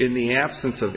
in the absence of